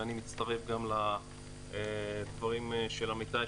אני מצטרף גם לדברים של עמיתיי,